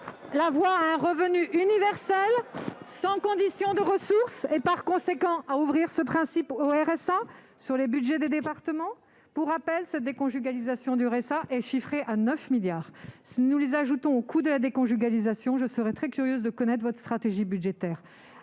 la voie à un revenu universel sans condition de ressources et à élargir par conséquent ce principe au RSA, sur le budget des départements ! Pour rappel, le coût de la déconjugalisation du RSA est chiffré à 9 milliards d'euros. Si nous l'ajoutons à celui de la déconjugalisation de l'AAH, je serais très curieuse de connaître votre stratégie budgétaire.